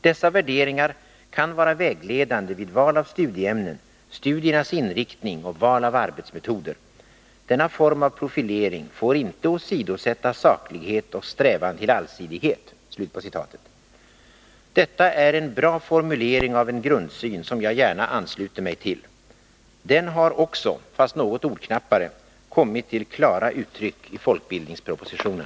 Dessa värderingar kan vara vägledande vid val av studieämnen, studiernas inriktning och val av arbetsmetoder. Denna form av profilering får inte åsidosätta saklighet och strävan till allsidighet.” Detta är en bra formulering av en grundsyn som jag gärna ansluter mig till. Den har också, fast något ordknappare. kommit till klara uttryck i folkbildningspropositionen.